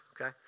Okay